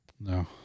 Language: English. No